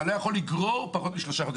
אתה לא יכול לגרור לפני פחות משלושה חודשים.